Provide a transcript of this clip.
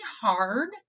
hard